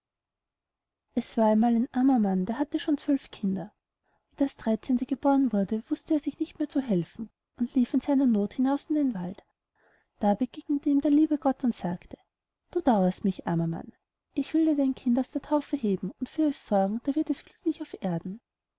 es war einmal ein armer mann der hatte schon zwölf kinder wie das dreizehnte geboren wurde wußte er sich nicht mehr zu helfen und lief in seiner noth hinaus in den wald da begegnete ihm der liebe gott und sagte du dauerst mich armer mann ich will dir dein kind aus der taufe heben und für es sorgen da wird es glücklich auf erden